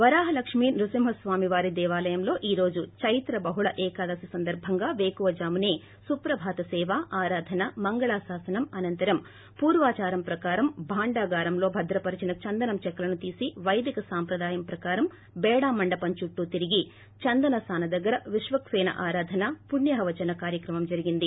వరాహలక్ష్మి నృసింహస్వామి వారి దేవాలయంలో ఈ రోజు చైత్ర బహుళ ఏకాదశి సందర్భంగా పేకువజామునే సుప్రభాత సేవ ఆరాధన మంగళాశాసనం అనంతరం పూర్వాదారం ప్రకారం భాండాగారంలో భద్రపరిచిన చందనం చెక్కలను తీసి పైదిక సంప్రదాయం ప్రకారం బేడా మండపం చుట్టూ తిరిగి చందన సాన దగ్గర విశ్వక్సేన ఆరాధన పుణ్యాహవచన కార్యక్రమం జరిగింది